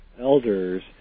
elders